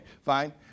fine